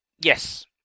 Yes